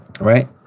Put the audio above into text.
right